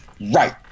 Right